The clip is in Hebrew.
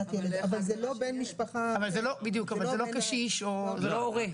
אבל זה לא קשיש וזה לא הורה.